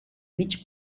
mig